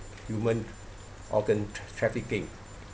human organ trafficking